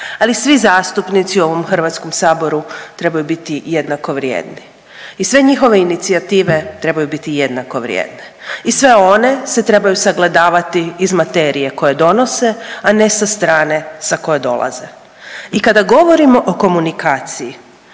Ali svi zastupnici u ovom HS-u trebaju biti jednako vrijedni i sve njihove inicijative trebaju biti jednako vrijedne i sve one se trebaju sagledavati iz materije koje donose, a ne sa strane sa koje dolaze. I kada govorimo o komunikaciji,